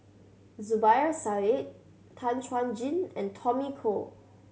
Zubir Said Tan Chuan Jin and Tommy Koh